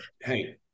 Hey